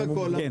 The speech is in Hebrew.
רגע,